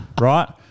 right